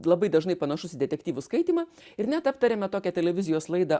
labai dažnai panašus į detektyvų skaitymą ir net aptarėme tokią televizijos laidą